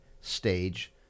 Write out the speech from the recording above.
stage